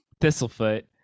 Thistlefoot